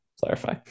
clarify